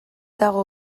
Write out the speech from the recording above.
dago